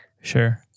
Sure